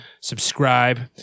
subscribe